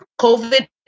COVID